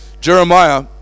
Jeremiah